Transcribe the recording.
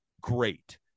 great